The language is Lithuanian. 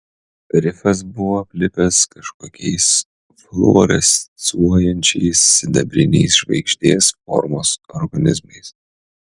rifas buvo aplipęs kažkokiais fluorescuojančiais sidabriniais žvaigždės formos organizmais